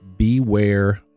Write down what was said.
Beware